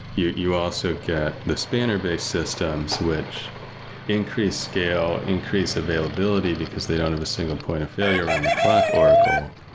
you you also get the spanner-base systems, which increase scale, increase availability because they don't have a single point of failure around the clock oracle,